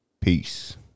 Peace